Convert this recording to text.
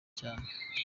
cyane